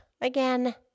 again